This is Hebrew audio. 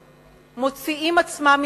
מוציאים עצמם מן הכלל,